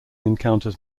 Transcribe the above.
encounters